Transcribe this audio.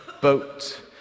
boat